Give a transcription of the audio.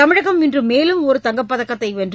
தமிழகம் இன்று மேலும் ஒரு தங்கப்பதக்கத்தை வென்று